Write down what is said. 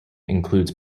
includes